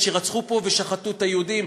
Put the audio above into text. שרצחו פה ושחטו את היהודים,